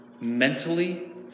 mentally